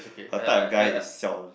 her type of guy is Xiao-En